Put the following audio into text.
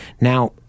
Now